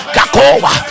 Kakoa